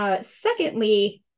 Secondly